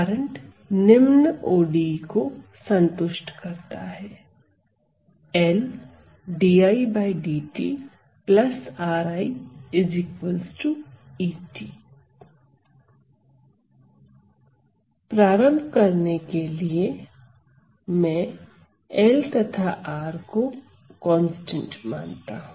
current निम्न ODE को संतुष्ट करता है प्रारंभ करने के लिए मैं L तथा R को कांस्टेंट मानता हूं